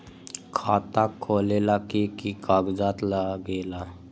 खाता खोलेला कि कि कागज़ात लगेला?